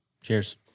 Cheers